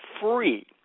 free